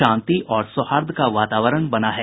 शांति और सौहार्द का वातावरण बना है